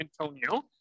Antonio